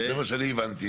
זה מה שאני הבנתי.